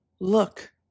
look